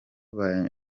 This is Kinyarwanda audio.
banyoye